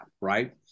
right